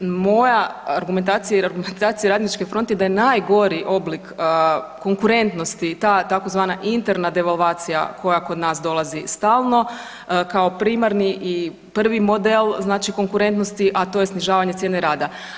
Moja argumentacija i argumentacija Radničke fronte je da je najgori oblik konkurentnosti ta tzv. interna devalvacija koja kod nas dolazi stalno kao primarni i prvi model znači konkurentnosti, a to je snižavanje cijene rada.